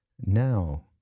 now